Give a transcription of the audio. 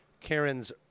Karen's